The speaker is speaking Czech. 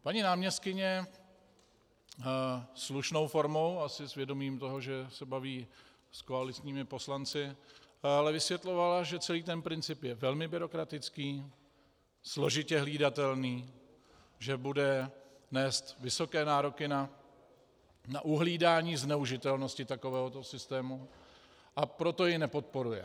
Paní náměstkyně slušnou formou, asi s vědomím toho, že se baví s koaličními poslanci, ale vysvětlovala, že celý ten princip je velmi byrokratický, složitě hlídatelný, že bude nést vysoké nároky na uhlídání zneužitelnosti takovéhoto systému, a proto jej nepodporuje.